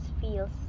feels